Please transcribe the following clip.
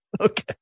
Okay